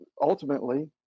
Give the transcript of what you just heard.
Ultimately